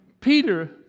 Peter